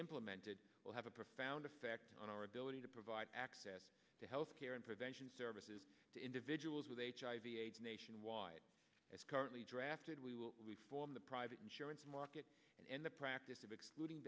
implemented will have a profound effect on our ability to provide access to health care and prevention services to individuals with hiv aids nationwide as currently drafted we will we form the private insurance market and end the practice of excluding